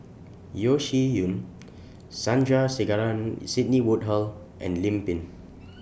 Yeo Shih Yun Sandrasegaran Sidney Woodhull and Lim Pin